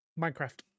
Minecraft